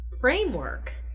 framework